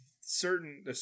certain